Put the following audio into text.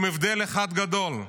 עם הבדל אחד גדול: